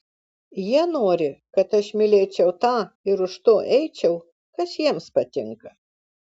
jie nori kad aš mylėčiau tą ir už to eičiau kas jiems patinka